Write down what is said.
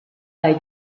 dai